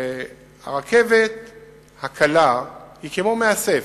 הרכבת הקלה היא כמו מאסף.